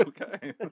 okay